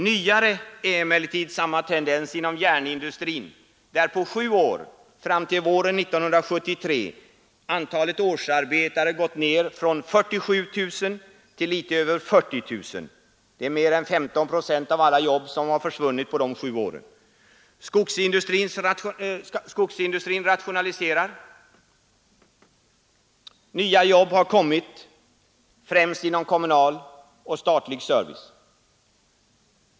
Nyare är emellertid samma tendens inom järnindustrin där på sju år fram till våren 1973 antalet årsarbetare gått ner från 47 000 till litet över 40 000. Det är mer än 15 procent av alla jobb som försvunnit på de sju åren. Skogsindustrin rationaliserar, nya jobb har kommit främst inom kommunal och statlig service.